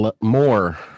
more